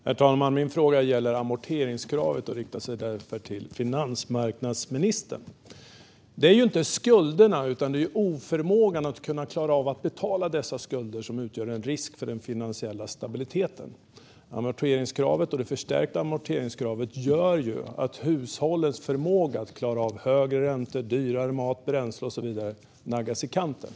Herr talman! Min fråga gäller amorteringskravet och riktar sig till finansmarknadsministern. Det är inte skulderna utan oförmågan att klara av att betala dessa skulder som utgör en risk för den finansiella stabiliteten. Amorteringskravet och det förstärkta amorteringskravet gör att hushållens förmåga att klara av högre räntor, dyrare mat och bränsle och så vidare naggas i kanten.